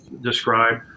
describe